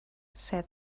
said